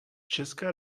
české